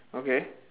okay